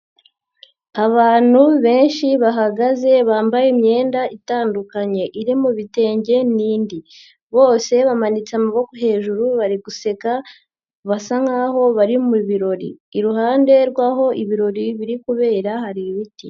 Abantu benshi bahagaze bambaye imyenda itandukanye, iri mu ibitenge n'indi, bose bamanitse amaboko hejuru bari guseka, basa nk'aho bari mu birori, iruhande rw'aho ibirori biri kubera hari ibiti.